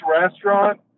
restaurant